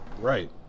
Right